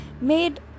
made